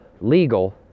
legal